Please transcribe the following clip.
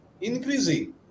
increasing